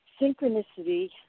Synchronicity